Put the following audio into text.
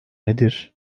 nedir